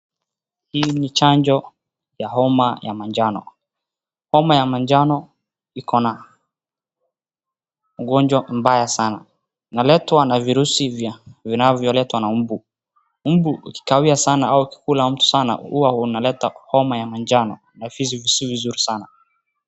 Hii ni chanjo ya homa ya majano. Homa ya majano iko na ugonjwa mbaya sana. Inaletwa na virusi vinavyoletwa na mbu. Mbu ikikawia sana au ikikula mtu sana hua unaleta homa ya majano na si vizuri sana.